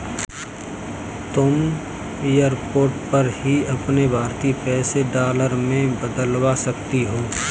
तुम एयरपोर्ट पर ही अपने भारतीय पैसे डॉलर में बदलवा सकती हो